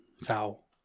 foul